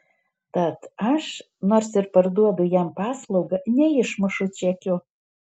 tad aš nors ir parduodu jam paslaugą neišmušu čekio